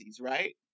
right